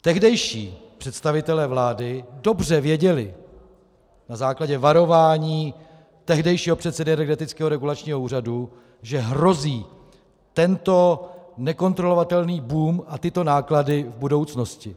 Tehdejší představitelé vlády dobře věděli na základě varování tehdejšího předsedy Energetického regulačního úřadu, že hrozí tento nekontrolovatelný boom a tyto náklady v budoucnosti.